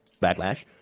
Backlash